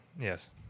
yes